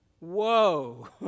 Whoa